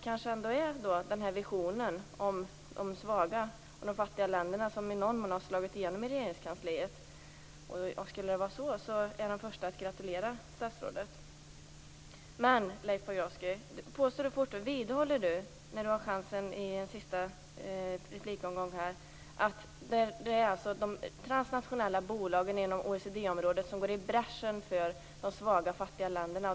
Kanske är det den här visionen om de svaga och fattiga länderna som i någon mån har slagit igenom i Regeringskansliet. Skulle det vara så är jag den första att gratulera statsrådet. Vidhåller Leif Pagrotsky i den sista replikomgången att det är de transnationella bolagen inom OECD-området som går i bräschen för de svaga och fattiga länderna?